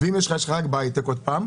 ואם יש לך יש לך רק בהייטק עוד פעם,